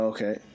Okay